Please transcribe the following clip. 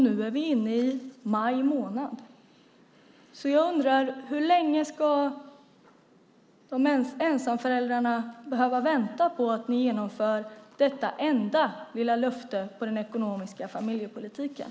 Nu är vi inne i maj månad. Jag undrar: Hur länge ska ensamföräldrarna behöva vänta på att ni genomför detta enda lilla löfte inom den ekonomiska familjepolitiken?